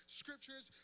scriptures